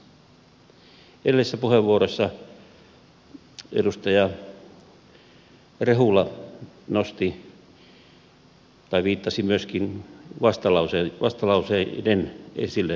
edellisessä puheenvuorossa edustaja rehula viittasi myöskin vastalauseiden esille nostamiin puutteisiin